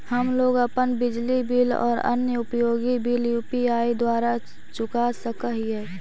हम लोग अपन बिजली बिल और अन्य उपयोगि बिल यू.पी.आई द्वारा चुका सक ही